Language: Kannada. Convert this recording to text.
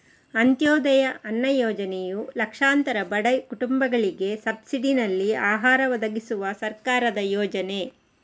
ಅಂತ್ಯೋದಯ ಅನ್ನ ಯೋಜನೆಯು ಲಕ್ಷಾಂತರ ಬಡ ಕುಟುಂಬಗಳಿಗೆ ಸಬ್ಸಿಡಿನಲ್ಲಿ ಆಹಾರ ಒದಗಿಸುವ ಸರ್ಕಾರದ ಯೋಜನೆ